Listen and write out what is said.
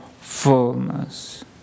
fullness